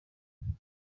abandi